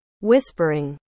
Whispering